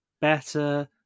better